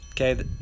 Okay